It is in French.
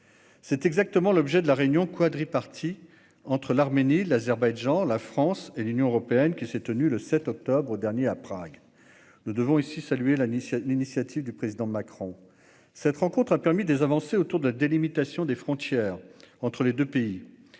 C'est exactement l'objet de la réunion quadripartite entre l'Arménie, l'Azerbaïdjan, la France et l'Union européenne qui s'est tenue le 7 octobre dernier à Prague. À cet égard, nous devons saluer l'initiative du président Macron. Cette rencontre a permis des avancées sur la délimitation des frontières entre les deux pays.